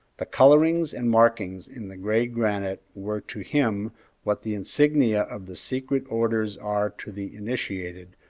the colorings and markings in the gray granite were to him what the insignia of the secret orders are to the initiated,